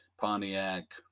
Pontiac